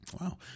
wow